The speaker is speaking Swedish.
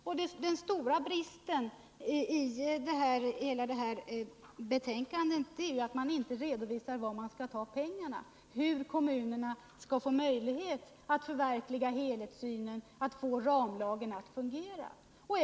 Och den stora bristen i hela detta betänkande är att man inte redovisar var man skall ta pengarna, hur kommunerna skall få möjlighet att förverkliga helhetssynen, att få ramlagen att fungera.